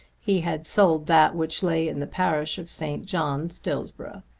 he had sold that which lay in the parish of st. john's, dillsborough.